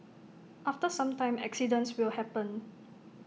after some time accidents will happen